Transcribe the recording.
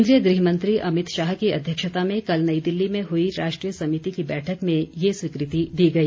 केंद्रीय गृह मंत्री अमितशाह की अध्यक्षता में कल नई दिल्ली में हई राष्ट्रीय समिति की बैठक में ये स्वीकृति दी गई